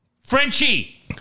Frenchie